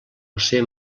josé